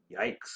Yikes